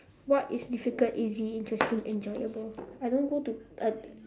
what is difficult easy interesting enjoyable I don't go to uh